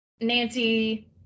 Nancy